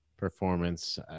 performance